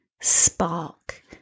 spark